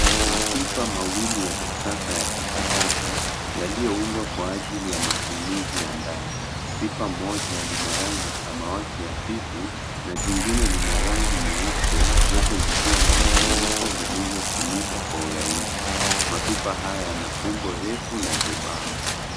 Mapipa mawili ya kisasa ya takataka yaliyoundwa kwa ajili ya matumizi ya ndani. Pipa moja lina rangi ya samawati hafifu na jingine lina rangi nyeupe, zote zikiwa na vifuniko vilivyofunika kwa urahisi. Mapipa haya yana umbo refu na jebamba.